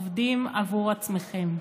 עובדים עבור עצמכם.